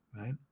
right